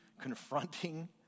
confronting